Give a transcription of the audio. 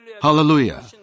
Hallelujah